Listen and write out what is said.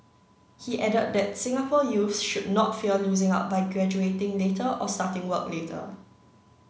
he added that Singapore youths should not fear losing out by graduating later or starting work later